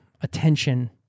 attention